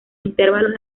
intervalos